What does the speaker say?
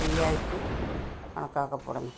free ആയിട്ടും കണക്കാക്കപ്പെടുന്നു